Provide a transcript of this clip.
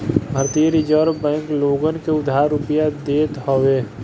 भारतीय reserve bank लोगन के उधार रुपिया देत हवे